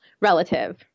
relative